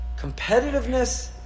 Competitiveness